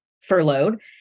furloughed